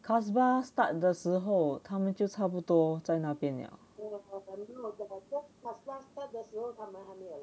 carlsberg start 的时候他们就差不多在那边了